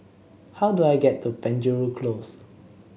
how do I get to Penjuru Close